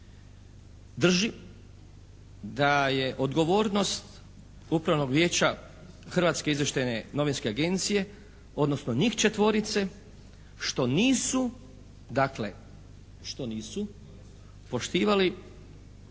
drži da je odgovornost Upravnog vijeća Hrvatske izvještajne novinske agencije, odnosno njih četvorice što nisu, dakle